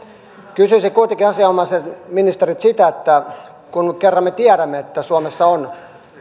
kysyisin kuitenkin asianomaiselta ministeriltä sitä että kun kerran me tiedämme että suomessa on